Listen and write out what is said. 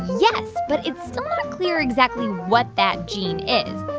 yes, but it's still not clear exactly what that gene is.